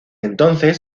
entonces